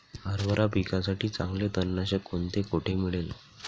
हरभरा पिकासाठी चांगले तणनाशक कोणते, कोठे मिळेल?